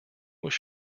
was